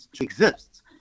exists